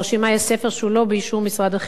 יש ספר שהוא לא באישור משרד החינוך.